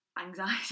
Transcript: anxiety